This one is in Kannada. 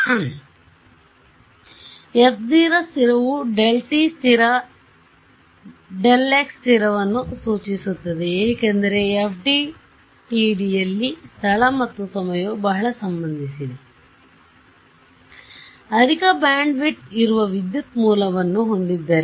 ಆದ್ದರಿಂದ f0 ಸ್ಥಿರವು Δt ಸ್ಥಿರ Δx ಸ್ಥಿರ ವನ್ನು ಸೂಚಿಸುತ್ತದೆ ಏಕೆಂದರೆ FDTD ಯ ಲ್ಲಿ ಸ್ಥಳ ಮತ್ತು ಸಮಯವು ಬಹಳ ಸಂಬಂಧಿಸಿದೆ ಆದ್ದರಿಂದ ಅಧಿಕ ಬ್ಯಾಂಡ್ವಿಡ್ತ್ ಇರುವ ವಿದ್ಯುತ್ ಮೂಲವನ್ನು ಹೊಂದಿದ್ದರೆ